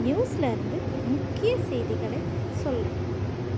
நியூஸில் இருந்து முக்கியச் செய்திகளைச் சொல்லு